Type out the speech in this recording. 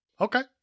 Okay